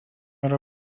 yra